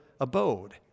abode